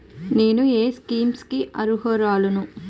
నేను ఏ స్కీమ్స్ కి అరుహులను?